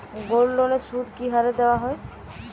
গোল্ডলোনের সুদ কি হারে দেওয়া হয়?